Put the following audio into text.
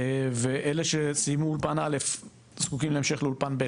ואלה שסיימו אולפן א' זקוקים להמשך לאולפן ב',